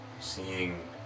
seeing